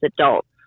adults